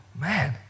man